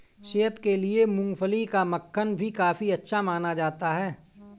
सेहत के लिए मूँगफली का मक्खन भी काफी अच्छा माना जाता है